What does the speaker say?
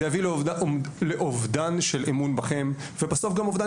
זה יביא לאובדן של אמון בכם ובסוף גם אובדן